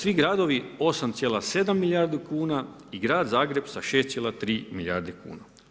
Svi gradovi 8,7 milijardi kuna i grad Zagreb sa 6,3 milijarde kuna.